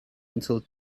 until